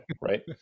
right